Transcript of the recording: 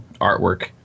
artwork